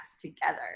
together